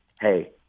Hey